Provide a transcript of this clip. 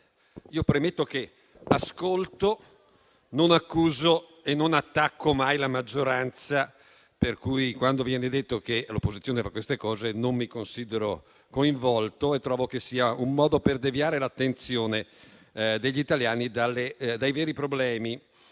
premetto che ascolto, non accuso e non attacco mai la maggioranza. Quando viene quindi detto che l'opposizione fa queste cose, non mi considero coinvolto e trovo che sia un modo per deviare l'attenzione degli italiani dai veri problemi.